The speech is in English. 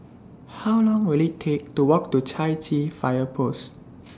How Long Will IT Take to Walk to Chai Chee Fire Post